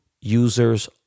users